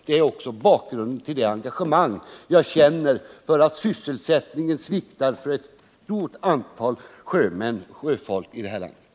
Det är också bakgrunden till det engagemang jag känner för att sysselsättningen sviktar för en stor del av sjöfolket här i landet.